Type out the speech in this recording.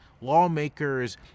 lawmakers